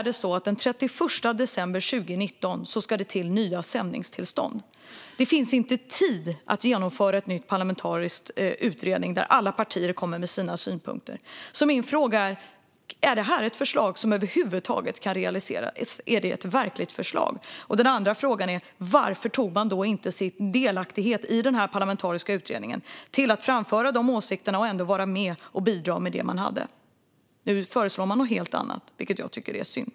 Den 31 december 2019 ska det införas nya sändningstillstånd. Det finns inte tid att genomföra en ny parlamentarisk utredning där alla partier kommer med sina synpunkter. Är det här ett förslag som över huvud taget kan realiseras? Är det ett verkligt förslag? Varför använde man inte sin delaktighet i den parlamentariska utredningen till att framföra de åsikterna och vara med och bidra med det man hade? Nu föreslår man något helt annat, vilket jag tycker är synd.